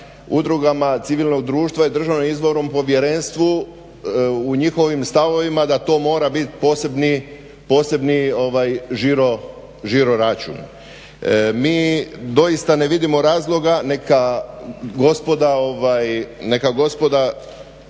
udrugama civilnog društva i DIP-u u njihovim stavovima da to mora biti posebni žiro-račun. Mi doista ne vidimo razloga neka gospoda